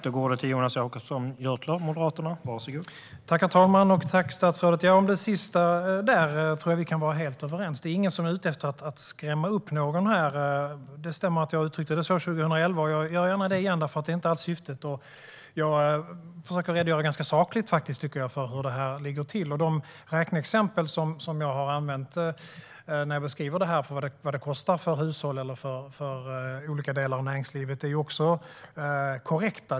Herr talman! Tack, statsrådet! Det sista kan vi vara helt överens om. Det är ingen som är ute efter att skrämma upp någon. Det stämmer att jag uttryckte mig på det sättet 2011, och jag gör det gärna igen, för syftet var inte att skrämmas. Jag tycker att jag försökte redogöra ganska sakligt för hur det ligger till. De räkneexempel som jag använde när jag beskrev vad det kostar för hushåll eller olika delar av näringslivet är korrekta.